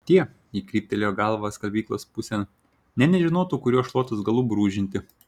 o tie ji kryptelėjo galva skalbyklos pusėn nė nežinotų kuriuo šluotos galu brūžinti